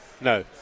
No